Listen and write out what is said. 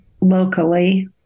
locally